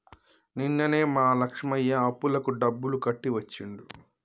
నిన్ననే మా లక్ష్మయ్య అప్పులకు డబ్బులు కట్టి వచ్చిండు